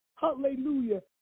hallelujah